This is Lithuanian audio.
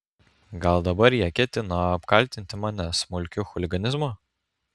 gal dabar jie ketino apkaltinti mane smulkiu chuliganizmu